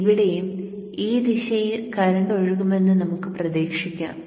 ഇവിടെയും ഈ ദിശയിൽ കറന്റ് ഒഴുകുമെന്ന് നമുക്ക് പ്രതീക്ഷിക്കാം